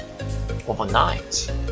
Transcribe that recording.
overnight